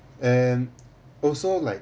and also like